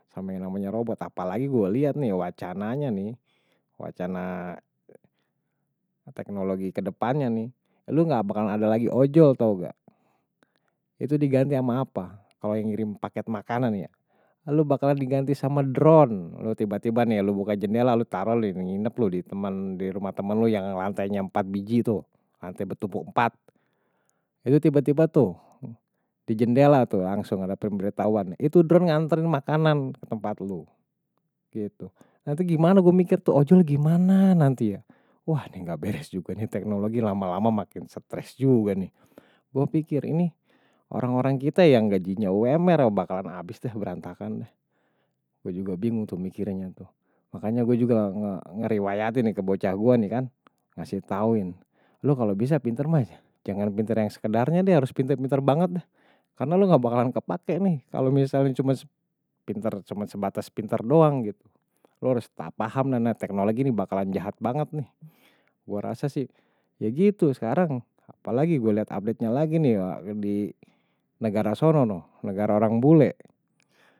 Sama yang namanya robot. Apalagi gue liat nih, wacananya nih. Wacana teknologi ke depannya nih. Lu gak bakalan ada lagi ojol tau gak. Itu diganti sama apa kalau yang ngirim paket makanan ya. Lu bakalan diganti sama drone. Lu tiba-tiba nih, lu buka jendela, lu taro, lu nginep, lu di temen, di rumah temen lu yang lantainya empat biji tuh. Lantainya bertumpuk empat. Itu tiba-tiba tuh, di jendela tuh langsung ada pemberitahuan. Itu drone ngantarin makanan ke tempat lu. Nanti gimana gue mikir tuh, ojol gimana nanti ya wah nih gak beres juga nih teknologi. Lama-lama makin stres juga nih. Gue pikir ini orang-orang kita yang gajinya umr bakalan abis deh berantakan deh. Gue juga bingung tuh mikirannya tuh. Makanya gue juga ngeriwayatin nih ke bocah gue nih kan. Ngasih tauin, lu kalau bisa pintar mah. Jangan pintar yang sekadarnya deh, harus pintar-pintar banget deh. Karena lu gak bakalan kepake nih kalau misalnya cuma sepinter. cuma sebatas pinter doang. Lu harus tak paham nanti teknologi ini bakalan jahat banget nih. Gue rasa sih, ya gitu sekarang. Apalagi gue liat update nya lagi nih di negara sono, negara orang bule.